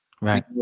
right